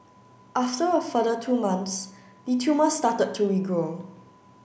after a further two months the tumour started to regrow